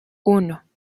uno